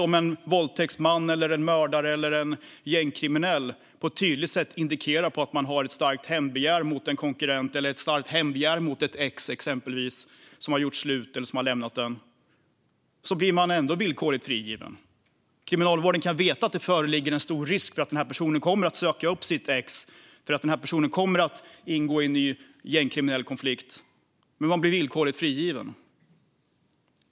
Om en våldtäktsman, en mördare eller en gängkriminell på ett tydligt sätt indikerar ett starkt hämndbegär mot en konkurrent eller exempelvis mot ett ex som har gjort slut eller lämnat blir denne ändå villkorligt frigiven. Kriminalvården kan veta att det föreligger en stor risk för att personen kommer att söka upp sitt ex eller ingå i en ny gängkriminell konflikt, men personen blir ändå villkorligt frigiven.